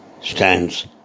stands